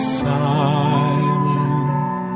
silent